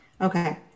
Okay